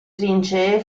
trincee